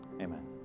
amen